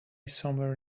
somewhere